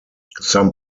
some